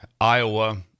Iowa –